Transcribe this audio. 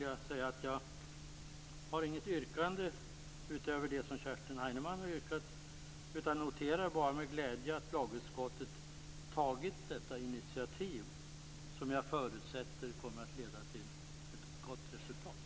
Jag har inget yrkande utöver det som Kerstin Heinemann har framfört, utan jag noterar bara med glädje att lagutskottet har tagit detta initiativ, som jag förutsätter kommer att leda till ett gott resultat.